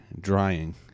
drying